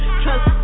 trust